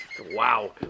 Wow